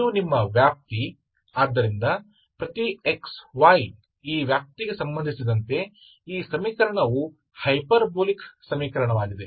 ಇದು ನಿಮ್ಮ ವ್ಯಾಪ್ತಿ ಆದ್ದರಿಂದ ಪ್ರತಿ x y ಈ ವ್ಯಾಪ್ತಿಗೆ ಸಂಬಂಧಿಸಿದಂತೆ ಈ ಸಮೀಕರಣವು ಹೈಪರ್ಬೋಲಿಕ್ ಸಮೀಕರಣವಾಗಿದೆ